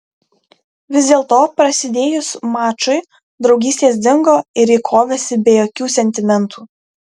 vis dėlto prasidėjus mačui draugystės dingo ir ji kovėsi be jokių sentimentų